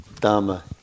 Dharma